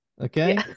okay